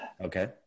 Okay